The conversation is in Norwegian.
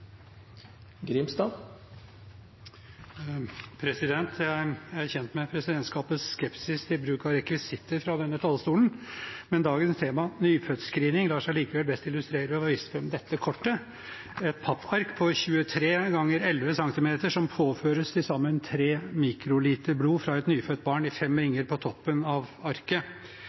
kjent med presidentskapets skepsis til bruk av rekvisitter på denne talerstolen, men dagens tema, nyfødtscreening, lar seg best illustrere ved å vise fram dette kortet – et pappark på 23 x 11 cm som påføres til sammen 3 mikroliter blod fra et nyfødt barn i fem ringer på toppen av